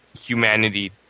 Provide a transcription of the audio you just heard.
humanity